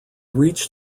reached